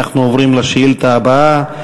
ואנחנו עוברים לשאילתה הבאה.